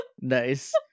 Nice